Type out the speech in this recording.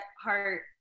heart